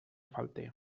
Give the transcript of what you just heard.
falte